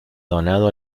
donado